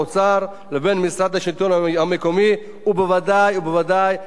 ובוודאי ובוודאי בתיווך של ועדת הפנים והגנת הסביבה של הכנסת.